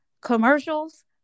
commercials